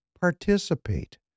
Participate